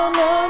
no